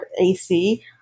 AC